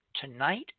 tonight